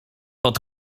pod